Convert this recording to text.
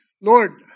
Lord